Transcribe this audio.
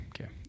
Okay